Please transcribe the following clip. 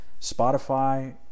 Spotify